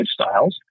lifestyles